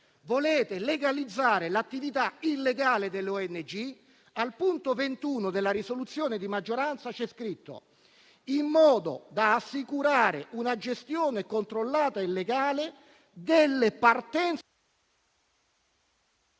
Volete legalizzare l'attività illegale delle ONG. Al punto 21 della risoluzione di maggioranza c'è scritto: «In modo da assicurare una gestione controllata e legale delle partenze...